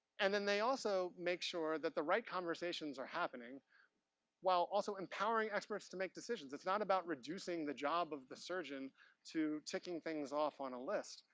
and then they also make sure that the right conversations are happening while also empowering experts to make decisions. it's not about reducing the job of the surgeon to ticking things off on a list.